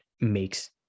makes